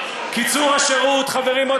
נא